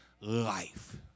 life